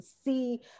see